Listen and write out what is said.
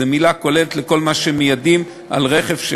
זו מילה כוללת לכל מה שמיידים על רכב.